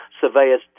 surveyor's